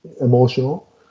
emotional